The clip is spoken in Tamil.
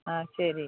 ஆ சரி